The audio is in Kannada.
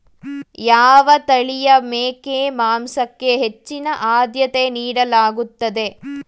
ಯಾವ ತಳಿಯ ಮೇಕೆ ಮಾಂಸಕ್ಕೆ ಹೆಚ್ಚಿನ ಆದ್ಯತೆ ನೀಡಲಾಗುತ್ತದೆ?